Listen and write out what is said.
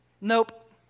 Nope